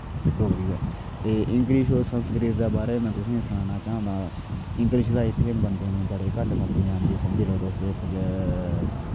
डोगरी ऐ ते इंग्लिश और संस्कृत दे बारे में तुसेंगी सानना चाहं तां इंग्लिश ते इत्थै बंदे दे बड़े घट्ट बंदे आंदी समझी लाओ तुस जे पज